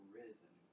risen